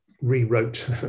rewrote